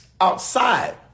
outside